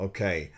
Okay